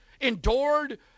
endured